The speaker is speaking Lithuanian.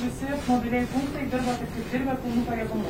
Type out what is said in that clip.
visi mobilieji punktai dirba tiktai dirbę pilnu pajėgumu